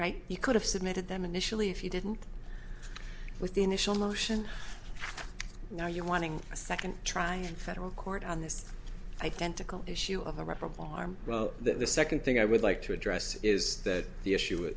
right you could have submitted them initially if you didn't with the initial motion now you're wanting a second try and federal court on this identical issue of irreparable harm well the second thing i would like to address is that the issue